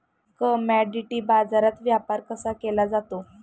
Commodity बाजारात व्यापार कसा केला जातो?